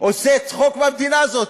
עושה צחוק מהמדינה הזאת.